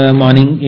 morning